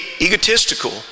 egotistical